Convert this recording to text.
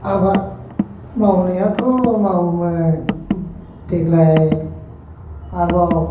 आबाद मावनायाथ' मावोमोन देग्लाय आरोबाव